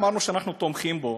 אמרנו שאנחנו תומכים בו,